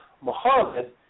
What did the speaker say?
Muhammad